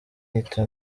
yita